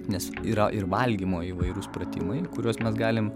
nes yra ir valgymo įvairūs pratimai kuriuos mes galim